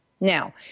Now